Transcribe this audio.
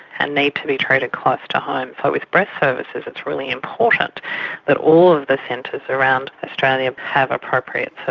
and need to be treated close to home. so but with breast services it's really important that all of the centres around australia have appropriate so